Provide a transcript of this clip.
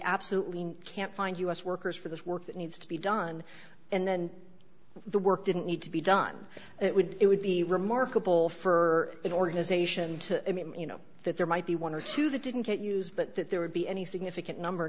absolutely can't find u s workers for the work that needs to be done and then the work didn't need to be done it would it would be remarkable for the organization to you know that there might be one or two that didn't get used but that there would be any significant number